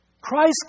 Christ